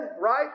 right